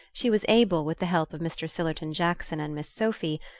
she was able, with the help of mr. sillerton jackson and miss sophy,